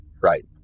right